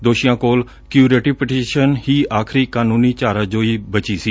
ਦੋਸ਼ੀਆਂ ਕੋਲ curative petition ਹੀ ਆਖਰੀ ਕਾਨ੍ਰੰਨੀ ਚਾਰਾਜੋਈ ਬਚੀ ਸੀ